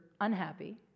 unhappy